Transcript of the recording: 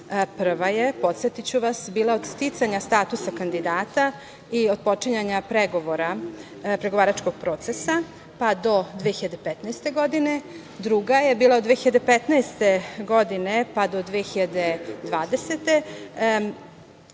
Prva je, podsetiću vas, bila od sticanja statusa kandidata i otpočinjanja pregovora pregovaračkog procesa, pa do 2015. godine. Druga je bila od 2015. do 2020. godine,